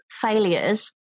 failures